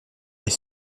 est